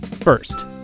First